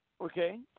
Okay